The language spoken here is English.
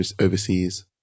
overseas